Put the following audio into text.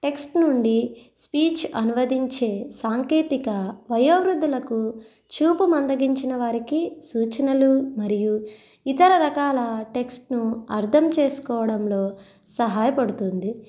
text నుండి speech అనువదించే సాంకేతిక వయోవృద్ధులకు చూపు మందగించిన వారికి సూచనలు మరియు ఇతర రకాల టెక్స్ట్ను అర్థం చేసుకోవడంలో సహాయపడుతుంది